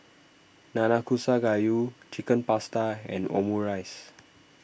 Nanakusa Gayu Chicken Pasta and Omurice